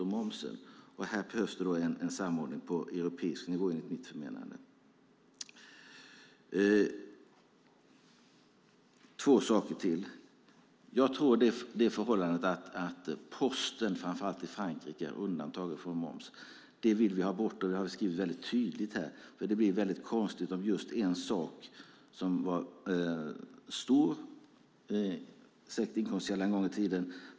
Här behövs det enligt mitt förmenande en samordning på europeisk nivå. Jag ska ta upp två saker till. En sak gäller det förhållandet att posten i Frankrike är undantagen från moms. Detta undantag vill vi ha bort, vilket vi har skrivit tydligt här. Detta är lite konstigt. Posten var en gång i tiden en stor inkomstkälla.